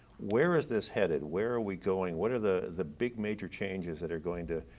where is this headed? where are we going? what are the the big major changes that are going to